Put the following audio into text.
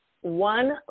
one